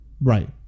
Right